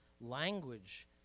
language